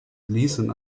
ließen